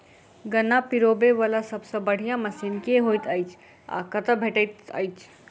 गन्ना पिरोबै वला सबसँ बढ़िया मशीन केँ होइत अछि आ कतह भेटति अछि?